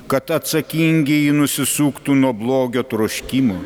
kad atsakingieji nusisuktų nuo blogio troškimo